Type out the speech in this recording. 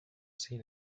seen